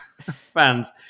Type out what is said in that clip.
fans